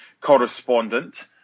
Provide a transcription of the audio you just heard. correspondent